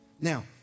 Now